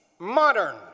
modern